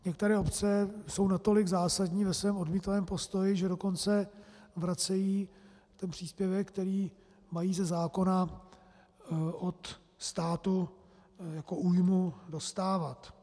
Některé obce jsou natolik zásadní ve svém odmítavém postoji, že dokonce vracejí příspěvek, který mají ze zákona od státu jako újmu dostávat.